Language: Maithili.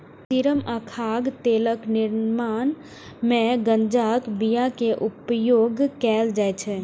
सीरम आ खाद्य तेलक निर्माण मे गांजाक बिया के उपयोग कैल जाइ छै